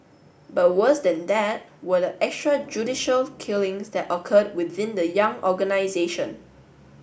but worse than that were the extrajudicial killings that occurred within the young organisation